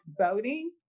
voting